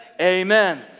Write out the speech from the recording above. amen